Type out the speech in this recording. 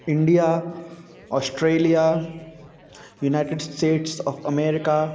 India Australia United States of America